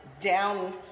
down